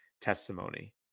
testimony